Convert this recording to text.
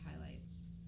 highlights